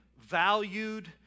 valued